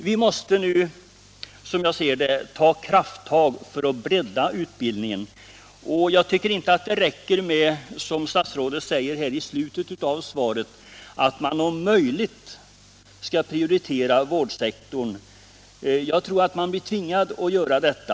Vi måste nu, som jag ser det, ta krafttag för att bredda utbildningen, och jag tycker inte att det räcker med att, som statsrådet säger i slutet av svaret, man om möjligt skall prioritera vårdsektorn. Jag tror att man blir tvingad att göra detta.